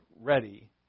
ready